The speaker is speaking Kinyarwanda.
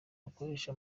bakoresha